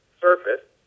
surface